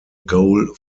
goal